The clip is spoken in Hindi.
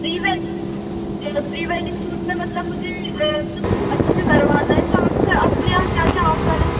pre wedding shoot pre wedding shoot में मतलब मुझे मतलब अच्छे से करवाना है तो आपका अपने यहाँ क्या क्या ऑफर है